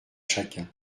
chacun